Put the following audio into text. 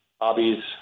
hobbies